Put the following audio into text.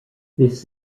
this